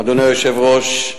אדוני היושב-ראש,